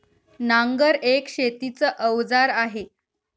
नांगर एक शेतीच अवजार आहे